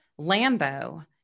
Lambo